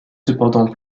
cependant